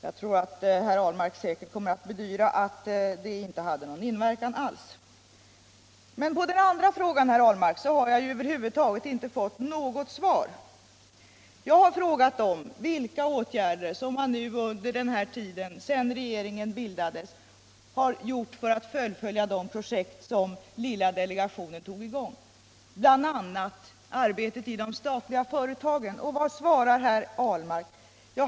Herr Ahlmark kommer säkert att bedyra att det inte hade någon inverkan alls att jag ställde den. Men på den andra frågan, herr Ahlmark, har jag över huvud taget inte fått något svar. Jag frågade vilka åtgärder som man under den här tiden sedan regeringen bildades har vidtagit för att fullfölja de projekt som lilla delegationen satte i gång, bl.a. arbetet i de statliga företagen. Och vad svarar herr Ahlmark?